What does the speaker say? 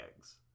eggs